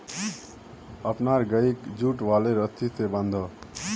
अपनार गइक जुट वाले रस्सी स बांध